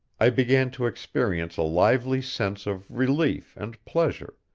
i began to experience a lively sense of relief and pleasure,